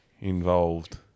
involved